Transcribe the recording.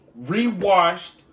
rewashed